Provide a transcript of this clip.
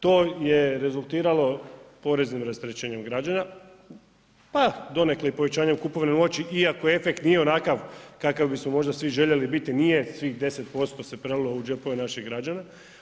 To je rezultiralo poreznim rasterećenjem građana, pa donekle i povećanjem kupovne moći, iako efekt nije onakav kakav bismo možda svi željeli biti, nije svih 10% se prelilo u džepove naših građana.